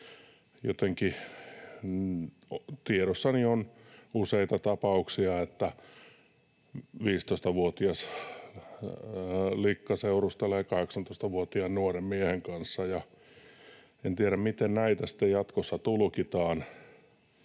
tiedossani on useita tapauksia, että 15-vuotias likka seurustelee 18-vuotiaan nuoren miehen kanssa. En tiedä, miten näitä sitten jatkossa tulkitaan,